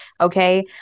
okay